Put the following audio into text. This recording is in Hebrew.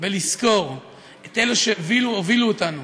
ולזכור את אלה שהובילו אותנו